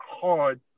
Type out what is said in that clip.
hard